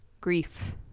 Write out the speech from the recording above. grief